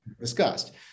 discussed